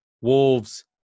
Wolves